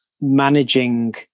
managing